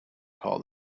call